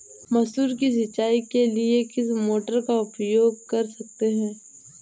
मसूर की सिंचाई के लिए किस मोटर का उपयोग कर सकते हैं?